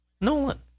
Nolan